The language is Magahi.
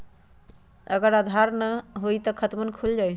अगर आधार न होई त खातवन खुल जाई?